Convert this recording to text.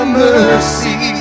mercy